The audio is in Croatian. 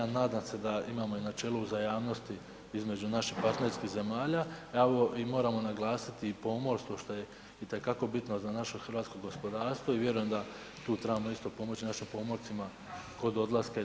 Nadam se da imamo i načelo uzajamnosti između naših partnerskih zemalja, a evo i moramo naglasiti i pomorstvo što je itekako bitno za naše hrvatsko gospodarstvo i vjerujem da tu trebamo isto pomoć našim pomorcima kod odlaska dolaska u RH.